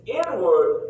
inward